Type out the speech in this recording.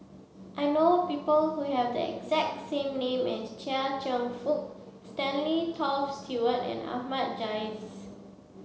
I know people who have the exact same name as Chia Cheong Fook Stanley Toft Stewart and Ahmad Jais